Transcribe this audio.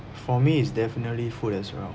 for me is definitely food as well